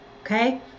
okay